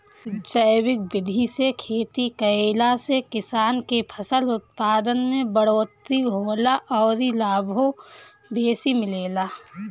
जैविक विधि से खेती कईला से किसान के फसल उत्पादन में बढ़ोतरी होला अउरी लाभो बेसी मिलेला